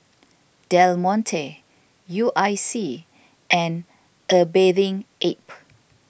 Del Monte U I C and A Bathing Ape